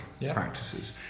practices